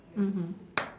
mmhmm